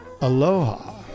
aloha